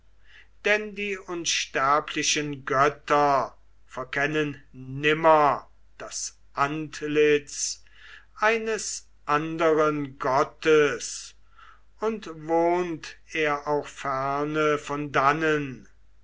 denn die unsterblichen götter verkennen nimmer das antlitz eines anderen gottes und wohnt er auch ferne von dannen